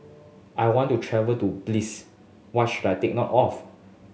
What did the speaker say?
I want to travel to Belize what should I take note of